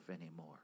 anymore